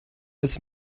ist